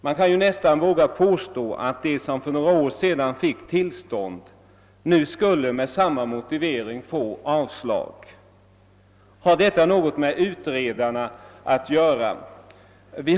Man kan ju nästan våga påstå att de som för några år sedan fick tillstånd nu skulle med samma motivering få avslag. Har detta något med utredarna att göra?